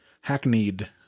hackneyed